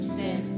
sin